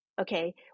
Okay